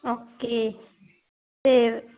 okay ਅਤੇ